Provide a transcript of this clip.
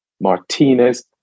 Martinez